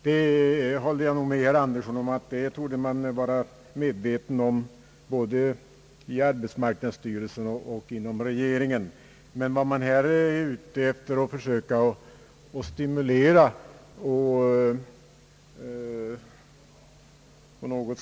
Jag håller med herr Andersson om att både arbetsmarknadsstyrelsen och regeringen känner till saken.